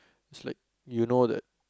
is like you know that